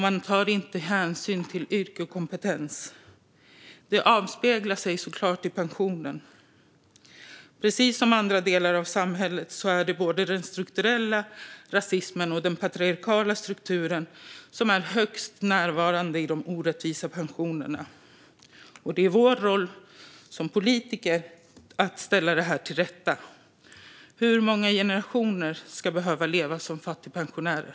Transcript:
Det tas inte hänsyn till yrke och kompetens, och det avspeglar sig såklart i pensionen. Precis som i andra delar av samhället är det både den strukturella rasismen och den patriarkala strukturen som är högst närvarande i de orättvisa pensionerna. Det är vår roll som politiker att ställa det här till rätta. Hur många generationer ska behöva leva som fattigpensionärer?